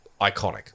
Iconic